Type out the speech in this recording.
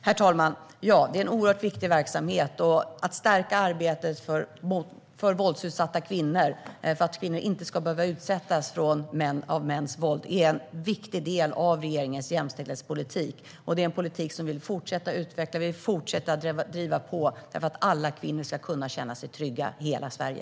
Herr talman! Ja, det är en oerhört viktig verksamhet. Att stärka arbetet för våldsutsatta kvinnor, för att kvinnor inte ska behöva utsättas för mäns våld, är en viktig del av regeringens jämställdhetspolitik. Det är en politik som vi vill fortsätta utveckla och driva på för att alla kvinnor ska kunna känna sig trygga i hela Sverige.